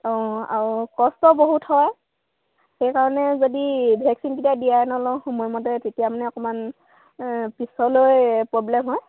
অঁ আৰু কষ্ট বহুত হয় সেইকাৰণে যদি ভেকচিনকেইটা দিয়াই নলওঁ সময়মতে তেতিয়া মানে অকণমান পিছলৈ প্ৰব্লেম হয়